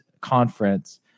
conference